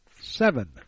seven